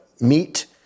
meet